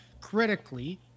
critically